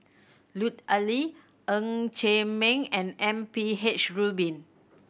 Lut Ali Ng Chee Meng and M P H Rubin